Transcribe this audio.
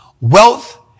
Wealth